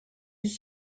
vus